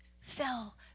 fell